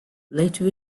later